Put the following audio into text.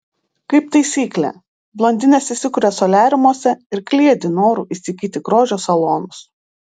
kaip taisyklė blondinės įsikuria soliariumuose ir kliedi noru įsigyti grožio salonus